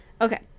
okay